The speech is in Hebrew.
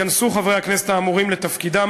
ייכנסו חברי הכנסת האמורים לתפקידם,